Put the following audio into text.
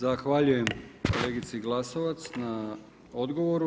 Zahvaljujem kolegici Glasovac na odgovoru.